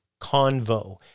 Convo